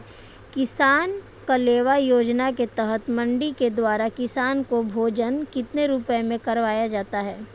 किसान कलेवा योजना के तहत मंडी के द्वारा किसान को भोजन कितने रुपए में करवाया जाता है?